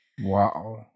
Wow